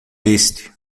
este